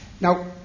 Now